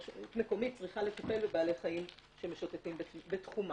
רשות מקומית צריכה לטפל בבעלי חיים שמשוטטים בתחומה.